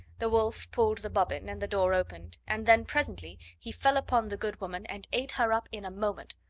the wolf pulled the bobbin, and the door opened, and then presently he fell upon the good woman and ate her up in a moment,